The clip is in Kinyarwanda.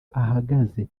ahagaze